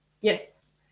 Yes